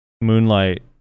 moonlight